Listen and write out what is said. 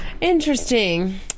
Interesting